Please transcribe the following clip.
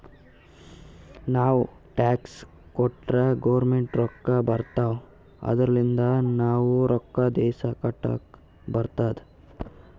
ನಾವ್ ಟ್ಯಾಕ್ಸ್ ಕಟ್ಟುರ್ ಗೌರ್ಮೆಂಟ್ಗ್ ರೊಕ್ಕಾ ಬರ್ತಾವ್ ಅದೂರ್ಲಿಂದ್ ಅವು ರೊಕ್ಕಾ ದೇಶ ಕಟ್ಲಕ್ ಬರ್ತುದ್